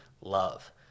love